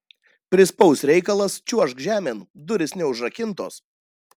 prispaus reikalas čiuožk žemėn durys neužrakintos